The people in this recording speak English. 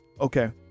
okay